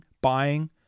buying